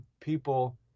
people